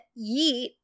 Yeet